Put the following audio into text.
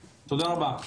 נחלק את זה רגע לשלושה